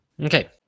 Okay